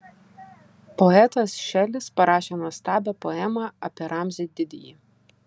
poetas šelis parašė nuostabią poemą apie ramzį didįjį